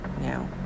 Now